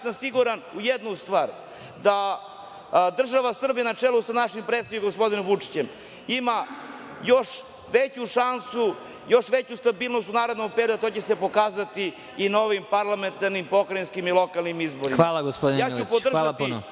Ja sam siguran u jednu stvar, da država Srbija na čelu sa našim predsednikom, gospodinom Vučićem, ima još veću šansu, još veću stabilnost u narednom periodu, a to će se pokazati i na ovim parlamentarnim, pokrajinskim i lokalnim izborima. Ja ću podržati predlog